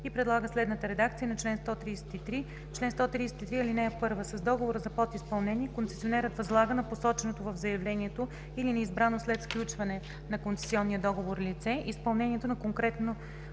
и предлага следната редакция на чл. 133: „Чл. 133. (1) С договора за подизпълнение концесионерът възлага на посочено в заявлението или на избрано след сключване на концесионния договор лице изпълнението на конкретно